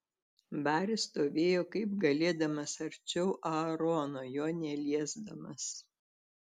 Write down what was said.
baris stovėjo kaip galėdamas arčiau aarono jo neliesdamas